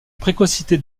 précocité